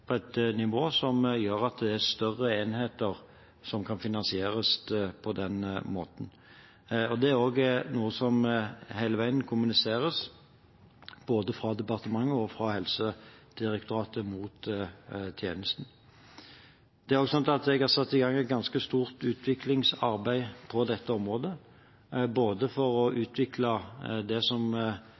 er større enheter som kan finansieres på den måten. Dette er også noe som hele veien kommuniseres, både fra departementet og fra Helsedirektoratet, mot tjenesten. Det er også sånn at jeg har satt i gang et ganske stort utviklingsarbeid på dette området for å utvikle det som